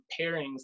Pairings